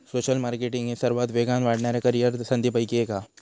social marketing ही सर्वात वेगान वाढणाऱ्या करीअर संधींपैकी एक हा